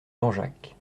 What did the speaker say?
langeac